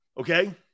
Okay